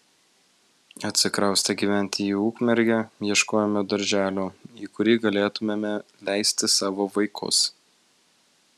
atsikraustę gyventi į ukmergę ieškojome darželio į kurį galėtumėme leisti savo vaikus